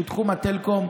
שהוא תחום הטלקום,